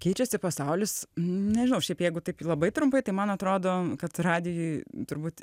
keičiasi pasaulis nežinau šiaip jeigu taip labai trumpai tai man atrodo kad radijuj turbūt